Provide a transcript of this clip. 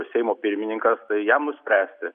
seimo pirmininkas tai jam nuspręsti